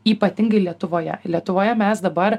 ypatingai lietuvoje lietuvoje mes dabar